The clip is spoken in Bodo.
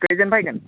खोयजोन फैगोन